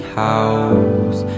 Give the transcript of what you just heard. house